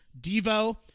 Devo